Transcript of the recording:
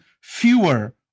fewer